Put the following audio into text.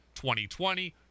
2020